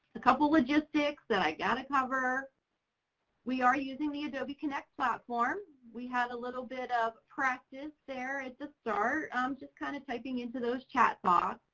a couple logistics that i gotta cover we are using the adobe connect platform. we had a little bit of practice there at the start, um just kind of typing into those chat pods,